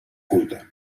culte